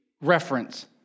reference